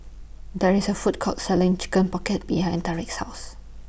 There IS A Food Court Selling Chicken Pocket behind Tarik's House